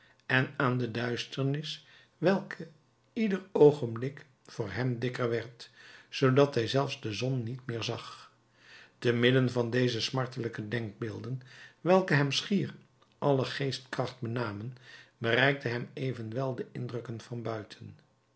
en aan de duisternis welke ieder oogenblik voor hem dikker werd zoodat hij zelfs de zon niet meer zag te midden van deze smartelijke denkbeelden welke hem schier alle geestkracht benamen bereikten hem evenwel de indrukken van buiten